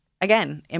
again